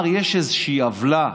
אומר שיש איזושהי עוולה,